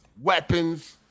weapons